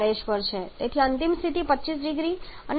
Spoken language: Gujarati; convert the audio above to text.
તેથી અંતિમ સ્થિતિ આ છે 25 0C અને 60 RH